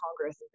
Congress